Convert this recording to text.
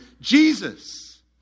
Jesus